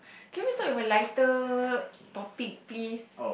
can we started with a lighter topic please